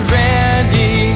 ready